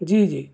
جی جی